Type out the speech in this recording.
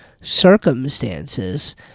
circumstances